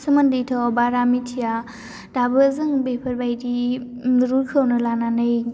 सोमोन्दैथ' बारा मिथिया दाबो जों बेफोरबादि रुलखौनो लानानै